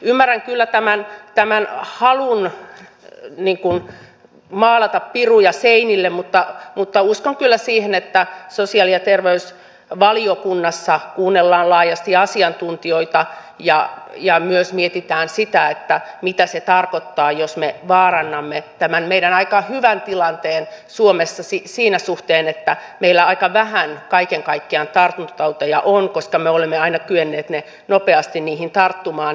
ymmärrän kyllä tämän halun maalata piruja seinille mutta uskon kyllä siihen että sosiaali ja terveysvaliokunnassa kuunnellaan laajasti asiantuntijoita ja myös mietitään sitä mitä se tarkoittaa jos me vaarannamme tämän meidän aika hyvän tilanteen suomessa siinä suhteessa että meillä aika vähän kaiken kaikkiaan tartuntatauteja on koska me olemme aina kyenneet nopeasti niihin tarttumaan